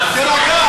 מי אתה בכלל?